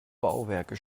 bauwerke